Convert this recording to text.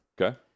Okay